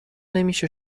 نمیشه